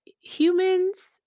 humans